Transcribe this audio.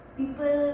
people